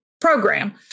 program